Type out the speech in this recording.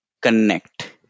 Connect